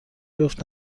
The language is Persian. جفت